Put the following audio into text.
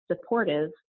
supportive